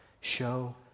show